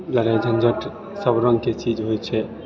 लडाई झन्झट सब रङ्गके चीज होइ छै